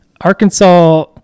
Arkansas